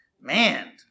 Man